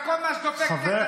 וכל מה שדופק את הדתיים,